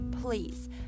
please